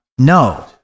No